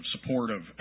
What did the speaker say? supportive